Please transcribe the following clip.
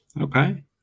Okay